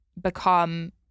become